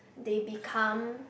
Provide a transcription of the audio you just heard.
they become